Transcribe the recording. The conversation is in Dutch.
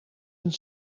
een